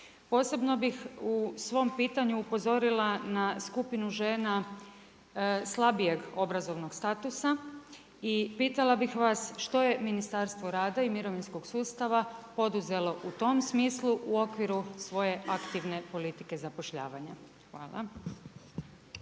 Posebno bih u svom pitanju upozorila na skupinu žena slabijeg obrazovnog statusa, i pitala bih vas što je Ministarstvo rada i mirovinskog sustava poduzelo u tom smislu u okviru svoje aktivne politike zapošljavanja? Hvala.